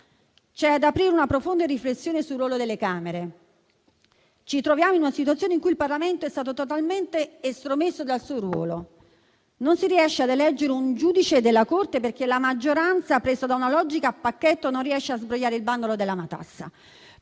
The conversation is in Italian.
C'è da aprire una profonda riflessione sul ruolo delle Camere. Ci troviamo in una situazione in cui il Parlamento è stato totalmente estromesso dal suo ruolo. Non si riesce ad eleggere un giudice della Corte costituzionale perché la maggioranza, presa da una logica a pacchetto, non riesce a sbrogliare il bandolo della matassa.